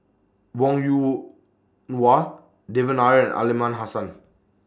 Wong Yoon Wah Devan Nair Aliman Hassan